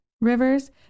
rivers